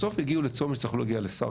בסוף יגיעו לצומת ויצטרכו להגיע לשר